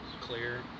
clear